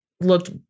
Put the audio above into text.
looked